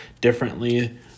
differently